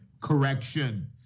correction